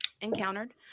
encountered